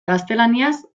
gaztelaniaz